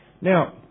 Now